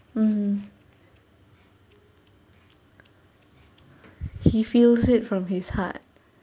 mm he feels it from his heart